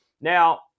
Now